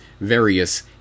various